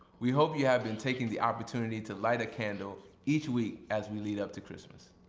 we hope you have been taking the opportunity to light a candle each week, as we lead up to christmas.